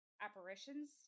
apparitions